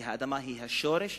כי האדמה היא השורש,